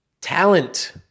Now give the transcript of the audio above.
Talent